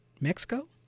Mexico